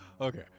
Okay